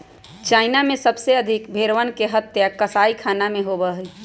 China में सबसे अधिक भेंड़वन के हत्या कसाईखाना में होबा हई